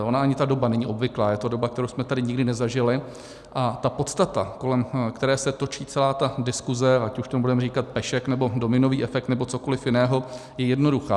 Ona ani ta doba není obvyklá, je to doba, kterou jsme tady nikdy nezažili, a ta podstata, kolem které se točí celá diskuse, ať už tomu budeme říkat pešek, nebo dominový efekt, nebo cokoliv jiného, je jednoduchá.